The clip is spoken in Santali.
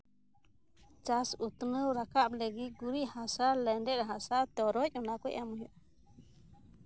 ᱪᱟᱥ ᱩᱛᱱᱟᱹᱣ ᱨᱟᱠᱟᱵᱽ ᱞᱟᱹᱜᱤᱫ ᱜᱩᱨᱤᱡ ᱦᱟᱥᱟ ᱞᱮᱱᱰᱮᱛ ᱦᱟᱥᱟ ᱛᱚᱨᱚᱪ ᱚᱱᱟ ᱠᱚ ᱮᱢ ᱦᱩᱭᱩᱜᱼᱟ